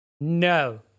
No